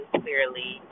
clearly